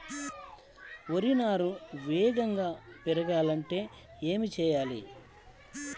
వరి నారు వేగంగా పెరగాలంటే ఏమి చెయ్యాలి?